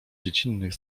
dziecinnych